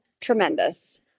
tremendous